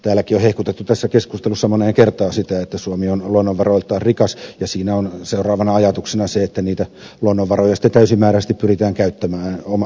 täälläkin on hehkutettu tässä keskustelussa moneen kertaan sitä että suomi on luonnonvaroiltaan rikas ja siinä on seuraavana ajatuksena se että niitä luonnonvaroja sitten täysimääräisesti pyritään käyttämään omaksi hyväksemme